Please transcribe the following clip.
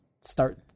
start